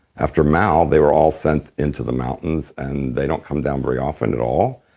after mao, they were all sent into the mountains, and they don't come down very often at all,